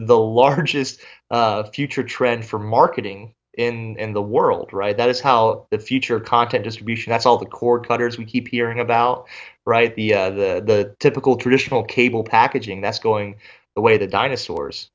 the largest future trend for marketing in the world right that is how the future content distribution has all the cord cutters we keep hearing about right the the typical traditional cable packaging that's going the way the dinosaurs